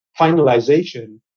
finalization